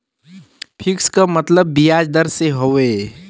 fix क मतलब बियाज दर से हौ